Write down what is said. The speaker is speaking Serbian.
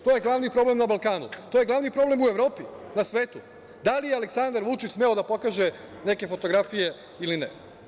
To je glavni problem na Balkanu, to je glavni problem u Evropi, na svetu – da li je Aleksandar Vučić smeo da pokaže neke fotografije ili ne?